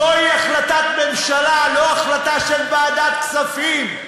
זוהי החלטת ממשלה, לא החלטה של ועדת כספים.